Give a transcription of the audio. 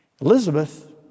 Elizabeth